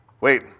Wait